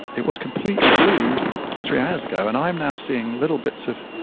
it was completely blue three hours ago, and i'm now seeing little bits of,